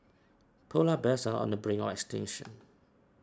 Polar Bears are on the brink of extinction